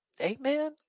Amen